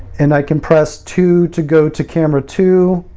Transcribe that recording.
and i can press two to go to camera two.